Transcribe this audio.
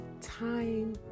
time